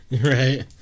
Right